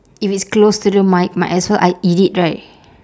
if it's close to the mic might as well I eat it right